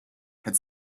had